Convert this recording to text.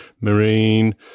Marine